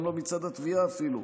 גם לא מצד התביעה אפילו.